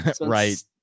Right